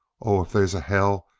oh, if they's a hell,